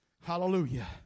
Hallelujah